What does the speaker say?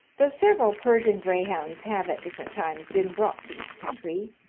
though several persian greyhounds have at different times been brought to this country,